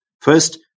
First